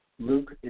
Luke